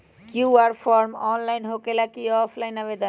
QR form online होकेला कि offline आवेदन?